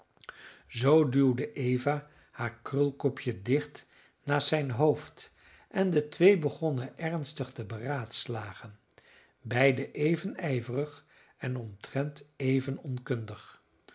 zoo duwde eva haar krulkopje dicht naast zijn hoofd en de twee begonnen ernstig te beraadslagen beiden even ijverig en omtrent even onkundig